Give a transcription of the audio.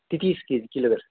ति तिस kg kilo गरेर